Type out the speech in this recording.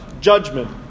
judgment